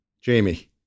Jamie